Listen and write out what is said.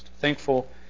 Thankful